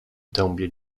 dębie